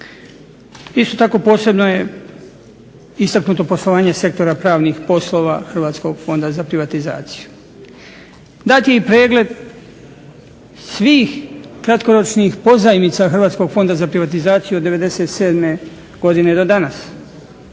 Isto tako posebno je istaknuto poslovanje sektora pravnih poslova Hrvatskog fonda za privatizaciju. Dati je pregled svih kratkoročnih pozajmica Hrvatskog fonda za privatizaciju od '97. godine do danas.